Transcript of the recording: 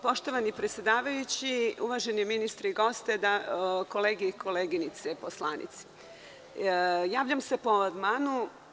Poštovani predsedavajući, uvaženi ministre i gosti, kolege i koleginice poslanici, javljam se po amandmanu.